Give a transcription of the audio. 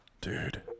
Dude